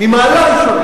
ממעלה ראשונה.